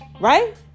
right